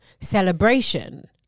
celebration